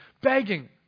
Begging